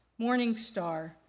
Morningstar